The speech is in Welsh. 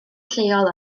lleol